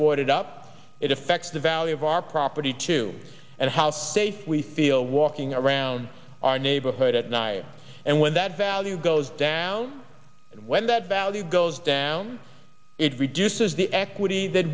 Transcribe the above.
voided up it affects the value of our property too and how safe we feel walking around our neighborhood at night and when that value goes down when that value goes down it reduces the equity that